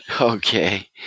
Okay